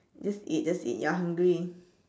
just eat just eat you're hungry